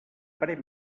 parer